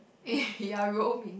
eh you are roaming